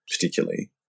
particularly